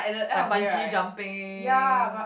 like bungee jumping